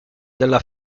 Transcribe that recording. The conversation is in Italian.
della